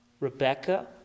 Rebecca